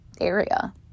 area